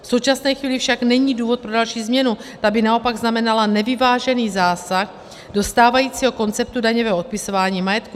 V současné chvíli však není důvod pro další změnu, ta by naopak znamenala nevyvážený zásah do stávajícího konceptu daňového odpisování majetku.